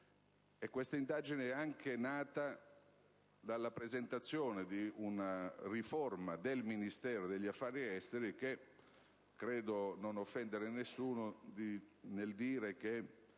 ed è anche nata dalla presentazione di una riforma del Ministero degli affari esteri che - credo di non offendere nessuno nel dirlo